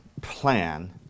plan